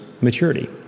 maturity